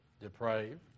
depraved